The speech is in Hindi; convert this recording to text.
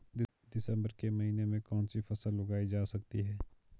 दिसम्बर के महीने में कौन सी फसल उगाई जा सकती है?